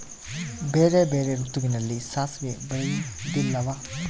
ಬೇರೆ ಬೇರೆ ಋತುವಿನಲ್ಲಿ ಸಾಸಿವೆ ಬೆಳೆಯುವುದಿಲ್ಲವಾ?